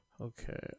Okay